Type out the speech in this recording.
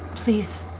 please.